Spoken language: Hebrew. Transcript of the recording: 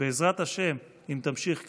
שבעזרת השם, אם תמשיך כך,